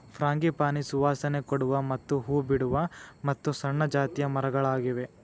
frangipani ಸುವಾಸನೆ ಕೊಡುವ ಮತ್ತ ಹೂ ಬಿಡುವ ಮತ್ತು ಸಣ್ಣ ಜಾತಿಯ ಮರಗಳಾಗಿವೆ